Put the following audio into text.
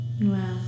Wow